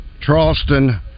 Charleston